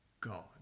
God